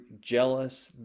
jealous